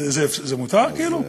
זה מותר, כאילו?